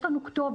יש לנו כתובת,